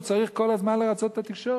הוא צריך כל הזמן לרצות את התקשורת.